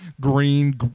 Green